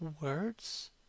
words